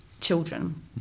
children